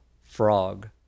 frog